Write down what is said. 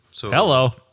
Hello